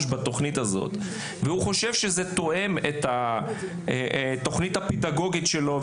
בתכנית הזו כי הוא חושב שהיא תואמת את התכנית הפדגוגית שלו,